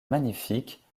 magnifique